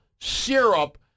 syrup